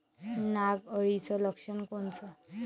नाग अळीचं लक्षण कोनचं?